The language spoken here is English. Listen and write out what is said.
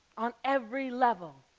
on every level.